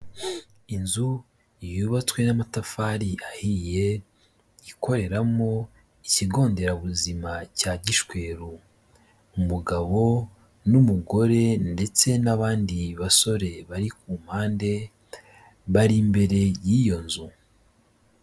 Inzu yubatswe n'amatafari ahiye ikoreramo ikigo nderabuzima cya Gishweru, umugabo n'umugore ndetse n'abandi basore bari ku mpande bari imbere y'iyo nzu.